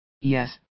yes